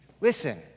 Listen